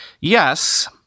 Yes